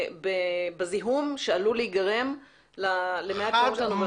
בזיהום שעלול להיגרם למי התהום שלנו ולקרקע.